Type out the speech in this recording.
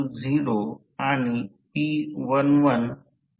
तर ते R2 I2 I2 2 R1 होईल